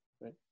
right